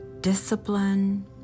discipline